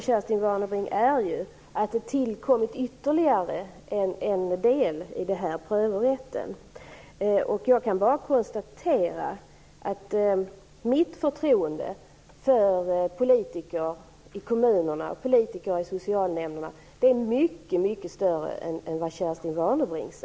Fru talman! Skillnaden är ju den, Kerstin Warnerbring, att det har tillkommit ytterligare ett moment i den här prövorätten. Jag kan bara konstatera att mitt förtroende för politiker i de kommunala socialnämnderna är mycket större än Kerstin Warnerbrings.